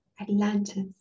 Atlantis